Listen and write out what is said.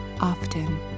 often